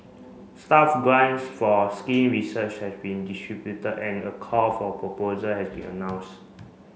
staff grants for skin research has been distributed and a call for proposal has been announce